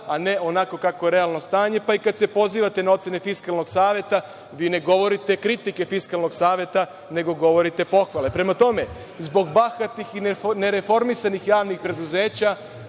a ne onako kako je realno stanje, pa i kada se pozivate na ocene Fiskalnog saveta, vi ne govorite kritike Fiskalnog saveta, nego govorite pohvale. Prema tome, zbog bahatih i nereformisanih javnih preduzeća